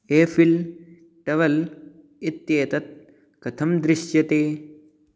Eiffel Tower इत्येतत् कथं दृश्यते